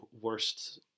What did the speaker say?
worst